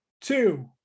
two